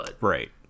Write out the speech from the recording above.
Right